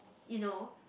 you know